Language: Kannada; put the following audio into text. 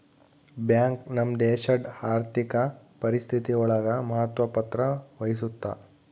ಬ್ಯಾಂಕ್ ನಮ್ ದೇಶಡ್ ಆರ್ಥಿಕ ಪರಿಸ್ಥಿತಿ ಒಳಗ ಮಹತ್ವ ಪತ್ರ ವಹಿಸುತ್ತಾ